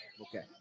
Okay